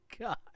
God